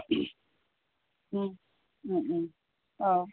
অঁ